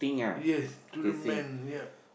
yes to the man yup